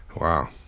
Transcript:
Wow